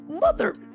mother